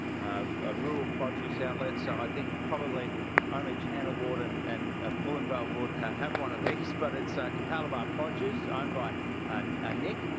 ah rural produce outlet, so i think probably only chandler ward and and ah pullenvale ward have have one of these, but it's ah capalaba produce owned by and and nick.